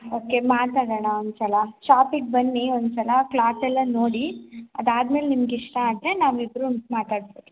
okay ಮಾತಾಡೋಣ ಒಂದು ಸಲ ಶಾಪಿಗೆ ಬನ್ನಿ ಒಂದು ಸಲ ಕ್ಲಾತೆಲ್ಲ ನೋಡಿ ಅದಾದ್ಮೇಲೆ ನಿಮ್ಗೆ ಇಷ್ಟ ಆದರೆ ನಾವಿಬ್ಬರೂ ಮಾತಾಡ್ಬೋದು